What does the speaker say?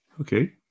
Okay